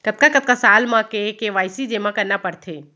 कतका कतका साल म के के.वाई.सी जेमा करना पड़थे?